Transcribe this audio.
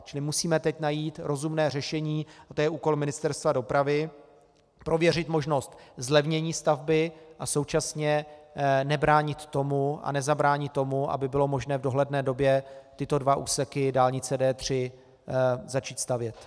Čili musíme teď najít rozumné řešení a to je úkol Ministerstva dopravy prověřit možnost zlevnění stavby a současně nebránit a nezabránit tomu, aby bylo možné v dohledné době tyto dva úseky dálnice D3 začít stavět.